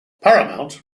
paramount